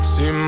See